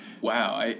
Wow